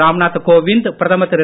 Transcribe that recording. ராம்நாத் கோவிந்த் பிரதமர் திரு